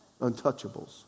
untouchables